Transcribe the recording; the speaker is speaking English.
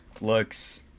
looks